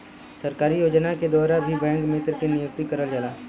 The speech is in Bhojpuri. सरकारी योजना के द्वारा भी बैंक मित्र के नियुक्ति करल जाला